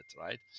right